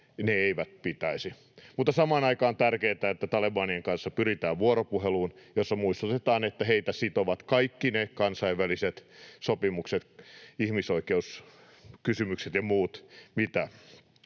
eivät pitäisi. Mutta samaan aikaan on tärkeää, että talebanien kanssa pyritään vuoropuheluun, jossa muistutetaan, että heitä sitovat kaikki ne kansainväliset sopimukset, ihmisoikeuskysymykset ja muut, mitkä